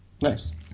Nice